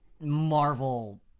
Marvel